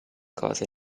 cosa